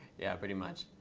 yeah, pretty much.